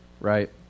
Right